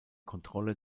kontrolle